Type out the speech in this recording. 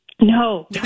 No